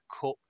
cup